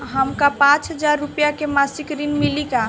हमका पांच हज़ार रूपया के मासिक ऋण मिली का?